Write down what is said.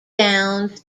downs